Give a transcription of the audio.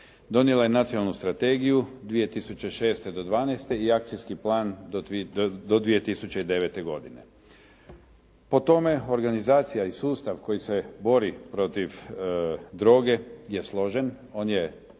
donijela je Nacionalnu strategiju 2006. do 2012. i Akcijski plan do 2009. godine. Po tome organizacija i sustav koji se bori protiv droge je složen, on je